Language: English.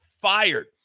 fired